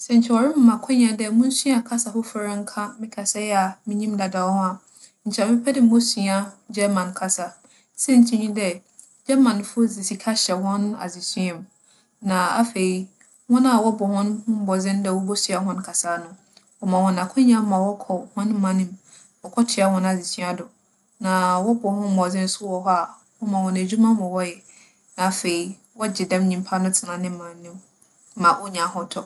Sɛ nkyɛ wͻrema akwannya dɛ munsua kasa fofor nka me kasa a minyim dada ho a, nkyɛ mɛpɛ dɛ mosua German kasa. Siantsir nye dɛ, Germanfo dze sika hyɛ hͻn adzesua mu. Na afei, hͻn a wͻbͻ hͻnho mbͻdzen dɛ wobosua hͻn kasaa no, wͻma hͻn akwannya ma wͻkͻ hͻn man mu. Wͻkͻtoa hͻn adzesua do, na wͻbͻ hͻnho mbͻdzen so wͻ hͻ a, wͻma hͻn edwuma ma wͻyɛ. Na afei, wͻgye dɛm nyimpa no tsena ne man no mu ma wonya ahotͻ.